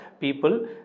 people